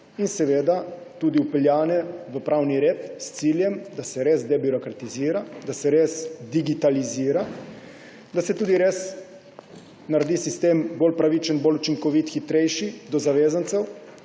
in seveda tudi vpeljane v pravni red s ciljem, da se res debirokratizira, da se res digitalizira, da se tudi res naredi sistem bolj pravičen, bolj učinkovit, hitrejši za zavezance,